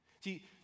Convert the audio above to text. See